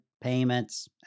payments